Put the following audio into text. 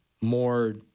more